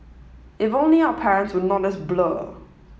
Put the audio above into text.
if only our parents were not as blur